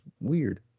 weird